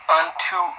unto